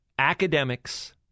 Academics